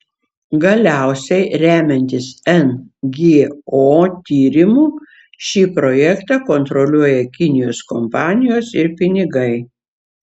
galiausiai remiantis ngo tyrimu šį projektą kontroliuoja kinijos kompanijos ir pinigai